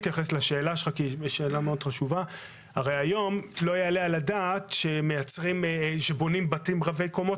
הרי היום לא יעלה על הדעת שבונים בתים רבי קומות